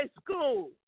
school